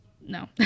no